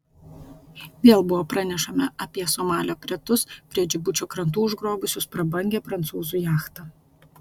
vėl buvo pranešama apie somalio piratus prie džibučio krantų užgrobusius prabangią prancūzų jachtą